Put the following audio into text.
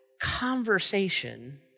conversation